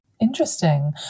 Interesting